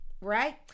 right